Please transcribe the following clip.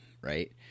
right